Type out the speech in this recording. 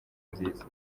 nziza